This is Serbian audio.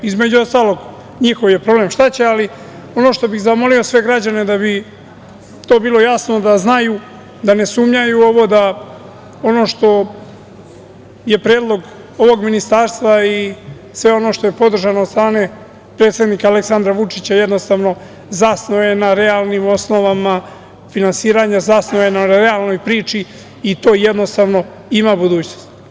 Između ostalog, njihov je problem šta će, ali ono što bih zamolio sve građane, da bi to bilo jasno, da znaju, da ne sumnjaju u ovo, da ono što je predlog ovog ministarstva i sve ono što je podržano od strane predsednika Aleksandra Vučića, jednostavno, zasnovano je na realnim osnovama finansiranja, zasnovano je na realnoj priči i to jednostavno ima budućnost.